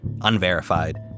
unverified